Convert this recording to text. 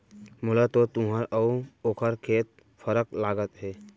मोला तो तुंहर अउ ओकर खेत फरक लागत हे